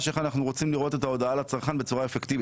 איך אנחנו רוצים לראות את ההודעה לצרכן בצורה אפקטיבית.